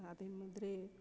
அதேமாதிரி